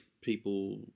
people